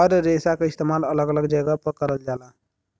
हर रेसा क इस्तेमाल अलग अलग जगह पर करल जाला